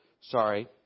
sorry